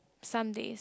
some days